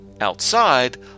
Outside